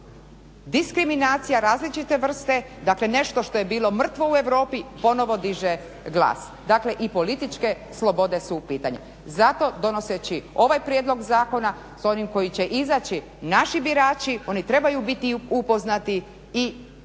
diskriminacija različite vrste, dakle nešto što je bilo mrtvo u Europi ponovo diže glas. Dakle, i političke slobode su u pitanju. Zato donoseći ovaj prijedlog zakona s onim koji će izaći naši birači, oni trebaju biti upoznati i za koga i